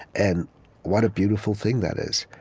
and what a beautiful thing that is.